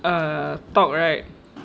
err talk right